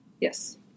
yes